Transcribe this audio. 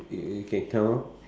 you you can count